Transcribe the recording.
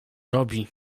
robi